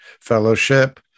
fellowship